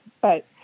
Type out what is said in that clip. But-